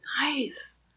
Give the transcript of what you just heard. Nice